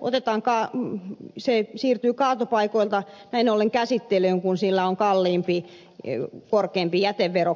se biojäte siirtyy kaatopaikoilta näin ollen käsittelyyn kun sillä on korkeampi jätevero